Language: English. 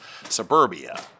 Suburbia